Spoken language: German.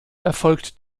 erfolgt